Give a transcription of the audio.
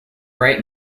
bright